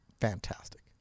fantastic